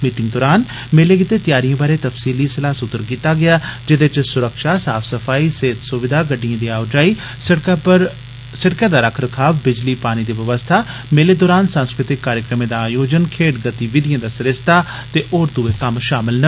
मीटिद्य दौरान मेले गितै त्यारियें बारै तफसीली सलाहसूत्र कीता गेया जिन्दे च स्रक्षा साफ सफाई सेहत सुविधाप गड्डियें दी आओ जाई सड़कै दा रख रखाव बिजली पानी दी व्यवस्था मेले दौरान साध्यकृतिक कार्यक्रमें दा आयोजन खेड्ड गतिविधियें दा सरिस्ता ते होर दुए कम्म शामल न